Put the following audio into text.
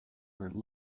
were